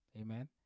Amen